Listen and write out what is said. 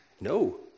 no